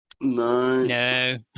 No